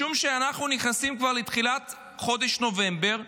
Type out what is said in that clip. משום שאנחנו נכנסים כבר לתחילת חודש נובמבר,